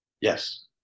Yes